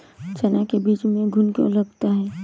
चना के बीज में घुन क्यो लगता है?